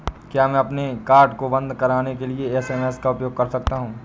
क्या मैं अपने कार्ड को बंद कराने के लिए एस.एम.एस का उपयोग कर सकता हूँ?